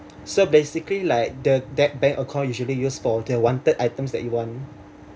so basically like the that bank account usually use for the wanted items that you want